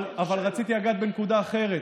אבל רציתי לגעת בנקודה אחרת,